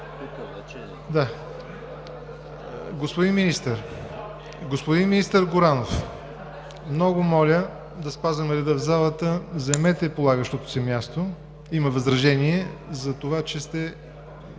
Господин министър Горанов, много моля да спазваме реда в залата! Заемете полагащото се място. Има възражение за това, че сте